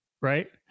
Right